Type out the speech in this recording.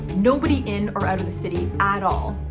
nobody in or out of the city at all.